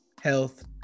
health